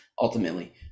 ultimately